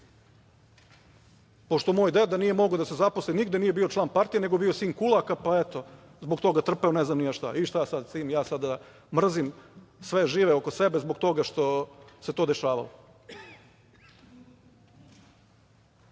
pošto moj deda nije mogao da se zaposli nigde, nije bio član partije, nego bio sin kulaka, pa je zbog toga trpeo ne znam ni ja šta i šta sada s tim, da sada mrzim sve žive sebe zbog toga što se to dešavalo?S